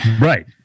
right